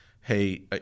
Hey